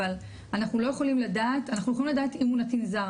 אנחנו יכולים לדעת אם הוא נתין זר,